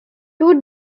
two